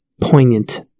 poignant